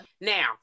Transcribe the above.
Now